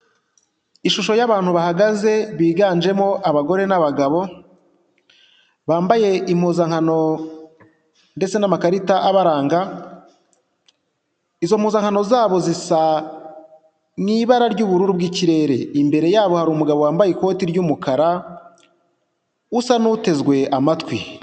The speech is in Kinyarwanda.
ishusho y'abantu bahagaze biganjemo abagore n'abagabo bambaye impuzankano ndetse n'amakari abaranga, izo mpuzankano zabo siza ni ibara ry'ubururu bw'ikirere, imbere yabo hari umugabo wambaye ikoti ry'umukara usa n'utezwe amatwi.